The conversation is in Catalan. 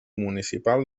municipal